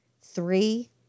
Three